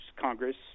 congress